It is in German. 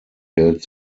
geld